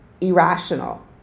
irrational